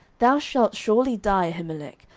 thou shalt surely die, ahimelech,